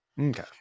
Okay